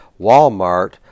Walmart